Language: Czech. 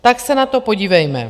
Tak se na to podívejme.